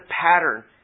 pattern